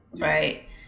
Right